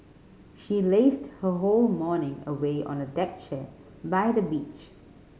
she lazed her whole morning away on a deck chair by the beach